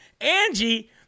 Angie